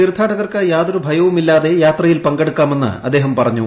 തീർത്ഥാടകർക്ക് യാതൊരു ഭയവുമില്ലാതെ യാത്രയിൽ പങ്കെടുക്കാമെന്ന് അദ്ദേഹം പറഞ്ഞു